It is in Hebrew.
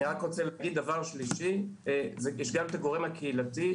אני רוצה להגיד שיש גם את הגורם הקהילתי,